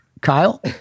Kyle